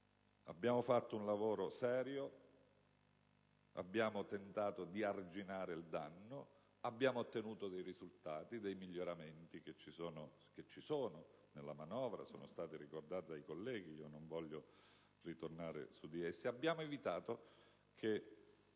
hanno fatto un lavoro serio: hanno tentato di arginare il danno, e abbiamo ottenuto dei risultati e dei miglioramenti, che ci sono nella manovra: sono stati ricordati dai colleghi, e non voglio ritornare su di essi. Abbiamo evitato